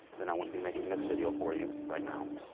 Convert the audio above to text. then i wouldn't be making this video for you right now.